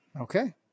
Okay